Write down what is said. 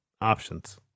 options